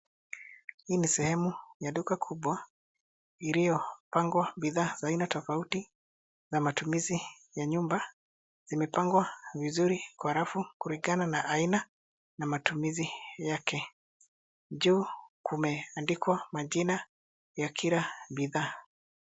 Hii ni sehemu ya duka kubwa iliyopangwa bidhaa za aina tofauti ya matumizi ya nyumba. Zimepangwa vizuri kwa rafu kulingana na aina na matumizi yake. Juu kumeandikwa majina ya kila bidhaa.